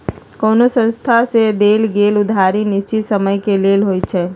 कोनो संस्था से देल गेल उधारी निश्चित समय के लेल होइ छइ